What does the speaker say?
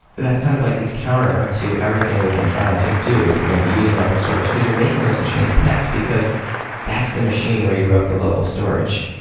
that's kind of like it's counter to everything we've been trying to do if you're going to be using local storage, because you're making those machines pets, because that's the machine where you wrote the local storage,